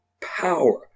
power